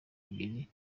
ebyiri